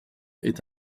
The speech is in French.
est